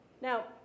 Now